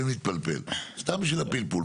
סתם בשביל הפלפול.